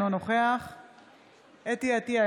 אינו נוכח חוה אתי עטייה,